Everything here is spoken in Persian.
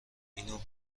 اینو